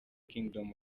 kingdom